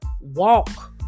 walk